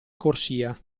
corsia